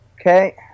Okay